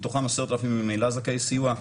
מתוכם 10,000 ממילא זכאי סיוע,